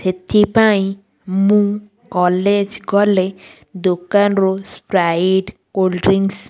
ସେଥିପାଇଁ ମୁଁ କଲେଜ୍ ଗଲେ ଦୋକାନରୁ ସ୍ପ୍ରାଇଟ୍ କୋଲ୍ଡ଼ ଡ୍ରିଙ୍କସ୍